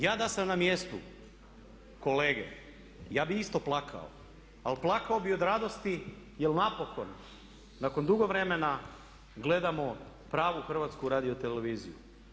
Ja da sam na mjestu kolege ja bih isto plakao, ali plakao bih od radosti jer napokon nakon dugo vremena gledamo pravu Hrvatsku radioteleviziju.